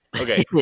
Okay